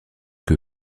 que